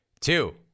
Two